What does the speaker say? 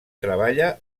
treballa